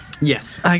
yes